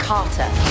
Carter